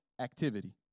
activity